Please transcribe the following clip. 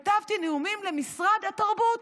כתבתי נאומים למשרד התרבות.